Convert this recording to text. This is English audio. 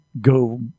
go